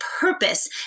purpose